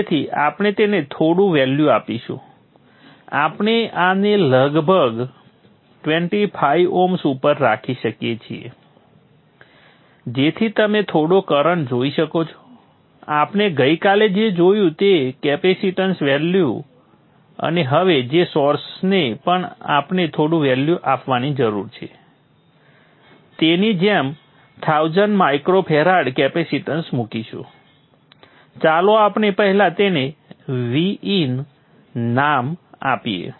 તેથી આપણે તેને થોડું વેલ્યુ આપીશું આપણે આને લગભગ 25 ઓહ્મ ઉપર રાખી શકીએ છીએ જેથી તમે થોડો કરંટ જોઈ શકો આપણે ગઈકાલે જે જોયું તે કેપેસિટન્સ વેલ્યુ અને હવે જે સોર્સને આપણે થોડું વેલ્યુ આપવાની જરૂર છે તેની જેમ 1000 માઇક્રો ફેરાડ કેપેસિટેનન્સ મૂકીશું ચાલો આપણે પહેલા તેને Vin નામ આપીએ